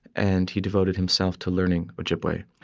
and he devoted himself to learning ojibwe.